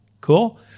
Cool